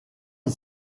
est